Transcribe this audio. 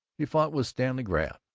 he fought with stanley graff.